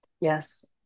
Yes